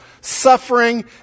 suffering